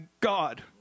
God